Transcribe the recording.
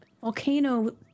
Volcano